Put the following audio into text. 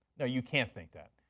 yeah you can't think that.